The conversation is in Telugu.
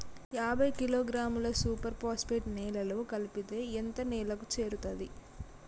యాభై కిలోగ్రాముల సూపర్ ఫాస్ఫేట్ నేలలో కలిపితే ఎంత నేలకు చేరుతది?